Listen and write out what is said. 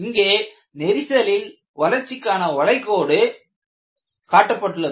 இங்கே விரிசலின் வளர்ச்சிக்கான வளைவு கோடு காட்டப்பட்டுள்ளது